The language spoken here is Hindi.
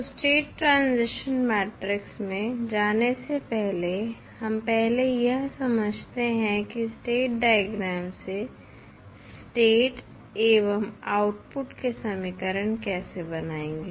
तो स्टेट ट्रांजिशन मैट्रिक्स में जाने से पहले हम पहले यह समझते हैं की स्टेट डायग्राम से स्टेट एवं आउटपुट के समीकरण कैसे बनाएंगे